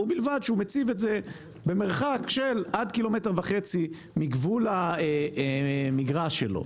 ובלבד שהוא מציב את זה במרחק של עד קילומטר וחצי מגבול המגרש שלו.